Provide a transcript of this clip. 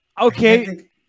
Okay